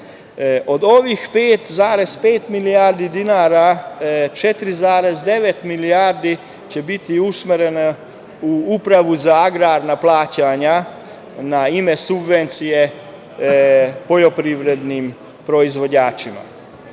Od ovih 5,5 milijardi dinara 4,9 milijardi će biti usmereno u Upravu za agrarna plaćanja na ime subvencije poljoprivrednim proizvođačima.